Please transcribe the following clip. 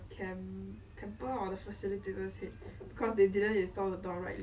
I think after ten years of being in the girls' school didn't really help me with this